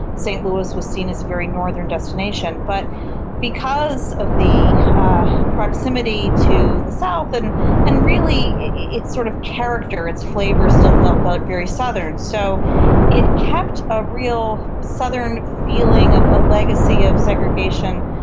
st louis was seen as a very northern destination. but because of the proximity to the south and and really its sort of character, its flavour still felt a very southern, so it kept a real southern feeling of a legacy of segregation,